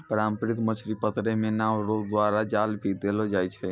पारंपरिक मछली पकड़ै मे नांव रो द्वारा जाल भी देलो जाय छै